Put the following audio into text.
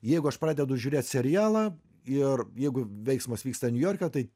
jeigu aš pradedu žiūrėt serialą ir jeigu veiksmas vyksta niujorke tai